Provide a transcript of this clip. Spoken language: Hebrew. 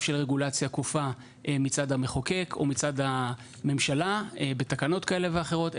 של רגולציה כופה מצד המחוקק או מצד הממשלה בתקנות כאלה אחרות,